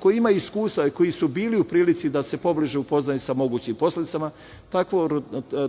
koji imaju iskustva i koji su bili u prilici da se pobliže upoznaju sa mogućim posledicama